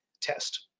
test